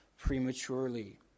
prematurely